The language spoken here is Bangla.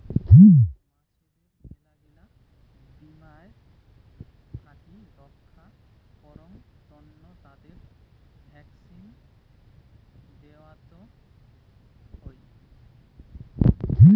মাছদের মেলাগিলা বীমার থাকি রক্ষা করাং তন্ন তাদের ভ্যাকসিন দেওয়ত হই